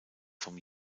vom